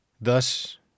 Thus